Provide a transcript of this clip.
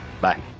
bye